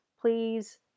please